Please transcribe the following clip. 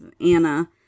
Anna